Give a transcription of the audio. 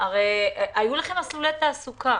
הרי היו לכם מסלולי תעסוקה.